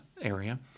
area